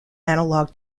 analog